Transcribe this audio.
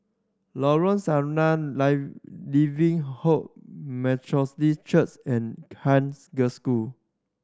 Lorong Sarina Living Hope Methodist Church and Haig Girls' School